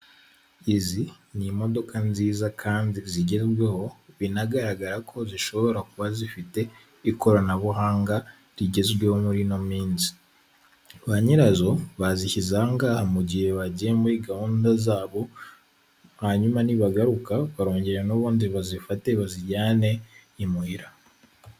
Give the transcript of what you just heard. Izi ni imodoka nziza kandi zigezweho, binagaragara ko zishobora kuba zifite ikoranabuhanga, rigezweho murino minsi, ba nyirazo bazishyize aha ngaha mu gihe bagiye muri gahunda zabo, hanyuma nibagaruka barongera n'ubundi bazifate bazijyane imuhira.